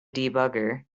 debugger